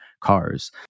cars